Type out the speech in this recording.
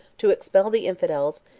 to expel the infidels,